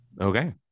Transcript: okay